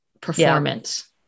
performance